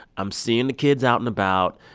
i'm seeing the kids out and about.